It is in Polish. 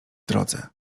drodze